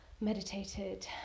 meditated